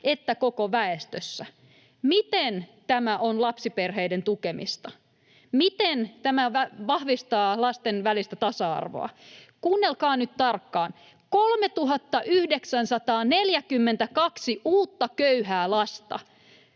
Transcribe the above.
että koko väestössä. Miten tämä on lapsiperheiden tukemista? Miten tämä vahvistaa lasten välistä tasa-arvoa? Kuunnelkaa nyt tarkkaan: 3 942 uutta köyhää lasta.